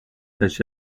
such